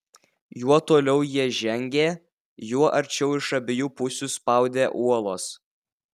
juo toliau jie žengė juo arčiau iš abiejų pusių spaudė uolos